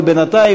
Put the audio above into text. אבל בינתיים,